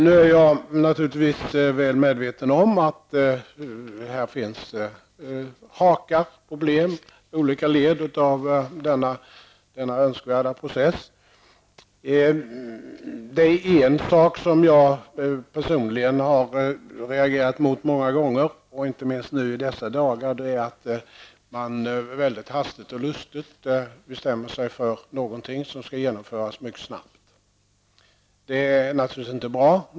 Nu är jag naturligtvis väl medveten om att här finns hakar och problem i olika led i denna önskvärda process. En sak som jag personligen har reagerat mot många gånger, inte minst i dessa dagar, är att man väldigt hastigt och lustigt bestämmer sig för en sak som skall genomföras mycket snabbt. Det är naturligtvis inte bra.